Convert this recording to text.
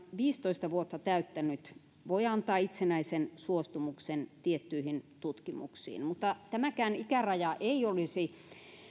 viisitoista vuotta täyttänyt voi antaa itsenäisen suostumuksen tiettyihin tutkimuksiin mutta tämäkään ikäraja ei olisi